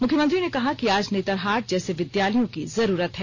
मुख्यमंत्री ने कहा कि आज नेतरहाट जैसे विद्यालयों की जरूरत है